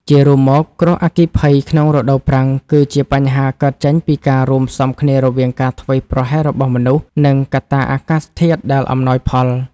ជារួមមក គ្រោះអគ្គីភ័យក្នុងរដូវប្រាំងគឺជាបញ្ហាកើតចេញពីការរួមផ្សំគ្នារវាងការធ្វេសប្រហែសរបស់មនុស្ស និងកត្តាអាកាសធាតុដែលអំណោយផល។